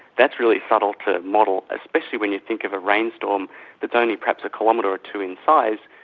that's really subtle to model, especially when you think of a rainstorm that's only perhaps a kilometre two in size,